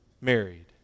married